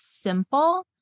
simple